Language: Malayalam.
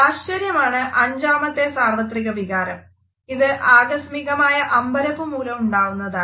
ആശ്ചര്യമാണ് അഞ്ചാമത്തെ സാർവത്രിക വികാരം ഇത് ആകസ്മികമായ അമ്പരപ്പ് മൂലം ഉണ്ടാവുന്നതാണ്